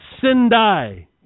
Sendai